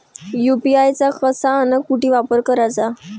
UPI चा कसा अन कुटी वापर कराचा?